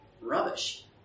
rubbish